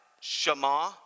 Shema